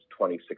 2016